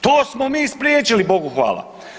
To smo mi spriječili Bogu hvala.